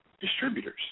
distributors